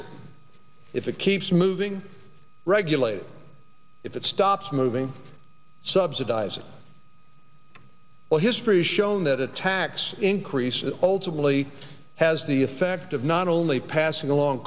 it if it keeps moving regulate if it stops moving subsidize it will history has shown that a tax increase ultimately has the effect of not only passing along